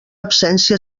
absència